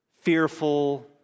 fearful